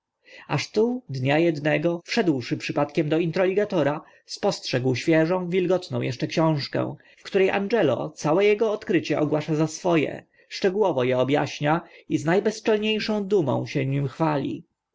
aż tu dnia ednego wszedłszy przypadkiem do introligatora spostrzega świeżą wilgotną eszcze książkę w które angelo całe ego odkrycie ogłasza za swo e szczegółowo e obaśnia i z